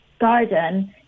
garden